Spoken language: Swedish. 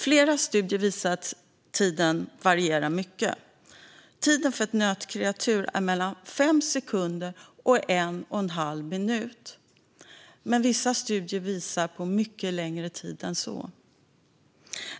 Flera studier visar att tiden varierar mycket. Tiden för ett nötkreatur är mellan fem sekunder och en och en halv minut, men vissa studier visar på mycket längre tid än så.